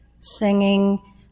singing